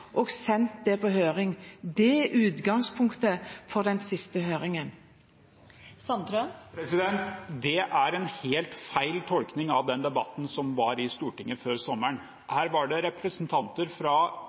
og sendt det på høring. Det er utgangspunktet for den sisten høringen. Nils Kristen Sandtrøen – til oppfølgingsspørsmål. Det er en helt feil tolkning av den debatten som var i Stortinget før sommeren.